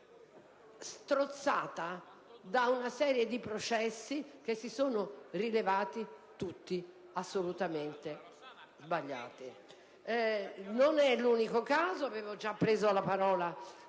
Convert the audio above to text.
strozzata da una serie di processi che si sono rivelati tutti assolutamente sbagliati. Non è questo l'unico caso, ed io avevo già preso la parola